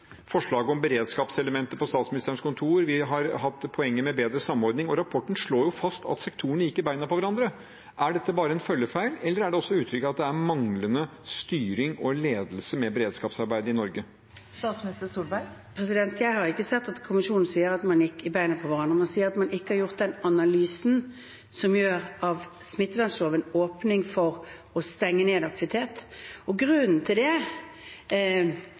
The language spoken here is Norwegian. poenget med bedre samordning, og rapporten slår fast at sektorene gikk i beina på hverandre. Er dette bare en følgefeil, eller er det også uttrykk for at det er manglende styring og ledelse med beredskapsarbeidet i Norge? Jeg har ikke sett at kommisjonen sier at man gikk i beina på hverandre. Man sier at man ikke har gjort den analysen med tanke på smittevernlovens åpning for å stenge ned aktivitet. Grunnen til det